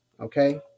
Okay